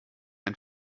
ein